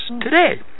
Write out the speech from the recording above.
today